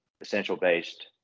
essential-based